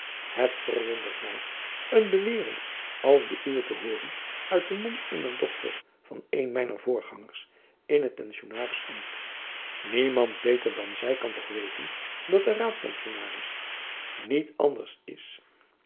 het verwondert my een beweering als de uwe te hooren uit den mond eener dochter van een mijner voorgangers in het pensionarisambt niemand beter dan zy kan toch weten dat de raadpensionaris niet anders is